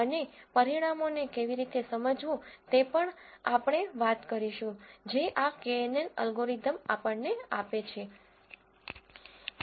અને પરિણામોને કેવી રીતે સમજવું તે પણ આપણે વાત કરીશું જે આ knn અલ્ગોરિધમ આપણને આપે છે